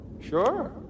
Sure